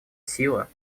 сила